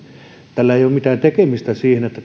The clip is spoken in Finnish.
tällä ei ole mitään tekemistä sen kanssa että